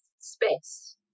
space